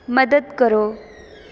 ਮਦਦ ਕਰੋ